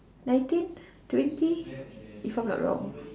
nineteen twenty if I'm not wrong